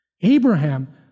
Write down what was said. Abraham